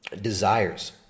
desires